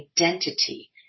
identity